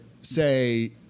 say